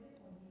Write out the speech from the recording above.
love